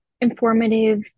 informative